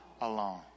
alone